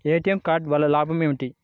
ATM card వల్ల లాభం ఏమిటి?